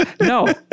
No